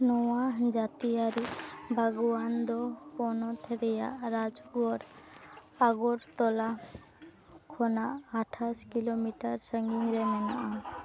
ᱱᱚᱣᱟ ᱡᱟᱹᱛᱤᱭᱟᱨᱤ ᱵᱟᱜᱽᱣᱟᱱ ᱫᱚ ᱯᱚᱱᱚᱛ ᱨᱮᱱᱟᱜ ᱨᱟᱡᱽᱜᱚᱲ ᱟᱜᱚᱨᱛᱚᱞᱟ ᱠᱷᱚᱱᱟᱜ ᱟᱴᱷᱟᱥ ᱠᱤᱞᱳᱢᱤᱴᱟᱨ ᱥᱟᱺᱜᱤᱧ ᱨᱮ ᱢᱮᱱᱟᱜᱼᱟ